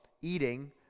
eating